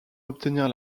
obtenir